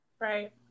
right